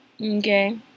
okay